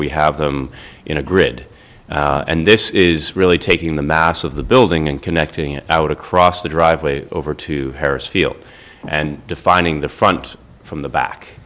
we have them in a grid and this is really taking the mass of the building and connecting it out across the driveway over to harrah's field and defining the front from the back